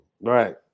Right